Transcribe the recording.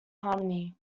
harmony